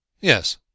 Yes